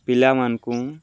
ପିଲାମାନ୍ଙ୍କୁ